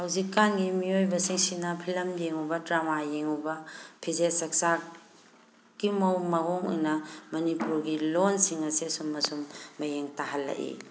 ꯍꯧꯖꯤꯛꯀꯥꯟꯒꯤ ꯃꯤꯑꯣꯏꯕꯁꯤꯡꯁꯤꯅ ꯐꯤꯂꯝ ꯌꯦꯡꯉꯨꯕ ꯗꯔꯃꯥ ꯌꯦꯡꯉꯨꯕ ꯐꯤꯖꯦꯠ ꯆꯛꯆꯥ ꯀꯤ ꯃꯑꯣꯡ ꯃꯑꯣꯡ ꯏꯟꯅ ꯃꯅꯤꯄꯨꯔꯒꯤ ꯂꯣꯟꯁꯤꯡ ꯑꯁꯦ ꯁꯨꯝ ꯑꯁꯨꯝ ꯃꯌꯦꯡ ꯇꯥꯍꯜꯂꯛꯏ